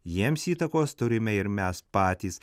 jiems įtakos turime ir mes patys